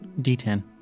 d10